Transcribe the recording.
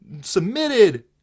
Submitted